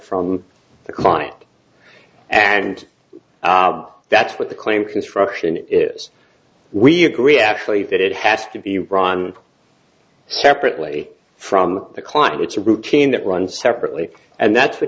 from the client and that's what the claim construction is we agree actually that it has to be run separately from the client it's a routine that run separately and that's